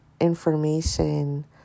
information